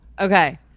Okay